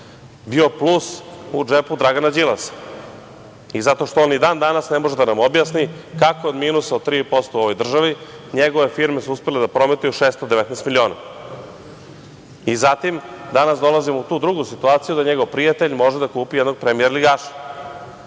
bio plus u džepu Dragana Đilasa i zato što on ni dan-danas ne može da nam objasni kako od minusa od 3% u ovoj državi njegove firme su uspele da prometuju 619 miliona. I zato danas dolazimo u tu drugu situaciju da njegov prijatelj može da kupi jednog premijerligaša.